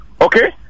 okay